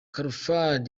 khalfan